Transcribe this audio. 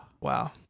Wow